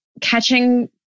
catching